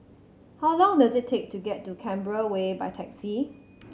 how long does it take to get to Canberra Way by taxi